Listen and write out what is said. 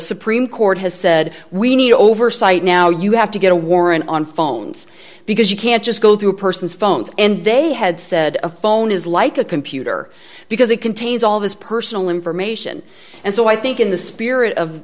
supreme court has said we need oversight now you have to get a warrant on phones because you can't just go through a person's phones and they had said a phone is like a computer because it contains all of his personal information and so i think in the spirit of